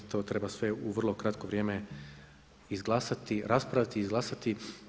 To treba sve u vrlo kratko vrijeme izglasati, raspraviti i izglasati.